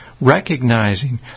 recognizing